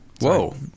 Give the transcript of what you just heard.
Whoa